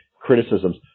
criticisms